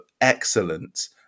excellent